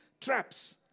traps